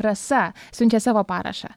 rasa siunčia savo parašą